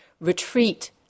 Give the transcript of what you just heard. retreat